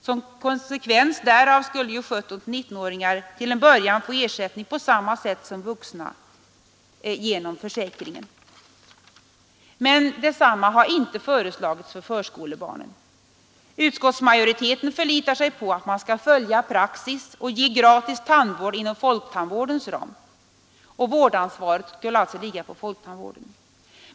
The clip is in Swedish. Som konsekvens därav skulle 17—19-åringar till en början få ersättning på samma sätt som vuxna, genom försäkringen, men detsamma har inte föreslagits för förskolebarnen. Utkottsmajoriteten förlitar sig på att man skall följa praxis och ge gratis tandvård inom folktandvårdens ram. Vårdansvaret skulle alltså ligga på folktandvården.